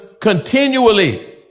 continually